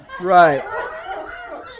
Right